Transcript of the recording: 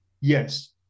Yes